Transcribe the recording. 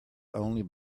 only